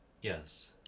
Yes